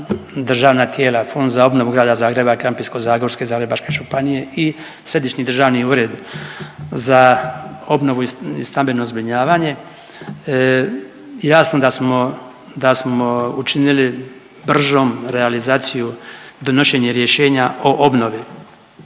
državna tijela Fond za obnovu Grada Zagreba, Krapinsko-zagorske i Zagrebačke županije i Središnji državni ured za obnovu i stambeno zbrinjavanje jasno da smo učinili bržom realizaciju donošenje rješenja o obnovi.